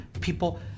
people